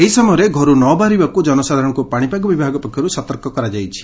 ଏହି ସମୟରେ ଘରୁ ନ ବାହାରିବାକୁ ଜନସାଧାରଣଙ୍କୁ ପାଶିପାଗ ବିଭାଗ ପକ୍ଷରୁ ସତର୍କ କରାଯାଇଛି